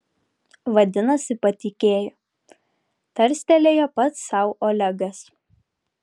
vadinasi patikėjo tarstelėjo pats sau olegas